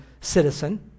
citizen